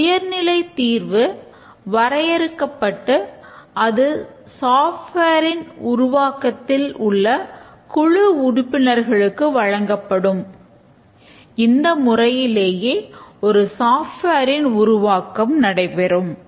அந்த உயர்நிலை தீர்வு வரையறுக்கப்பட்டு அது சாஃப்ட்வேர் ன் உருவாக்கம் நடைபெறும்